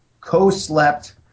co-slept